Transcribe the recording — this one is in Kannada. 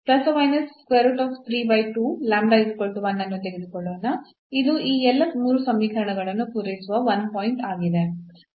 ಇದು ಈ ಎಲ್ಲಾ ಮೂರು ಸಮೀಕರಣಗಳನ್ನು ಪೂರೈಸುವ 1 ಪಾಯಿಂಟ್ ಆಗಿದೆ